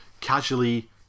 casually